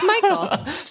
michael